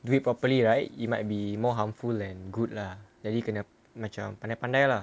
do it properly right it might be more harmful than good lah jadi kena macam pandai-pandai lah